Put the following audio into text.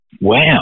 wow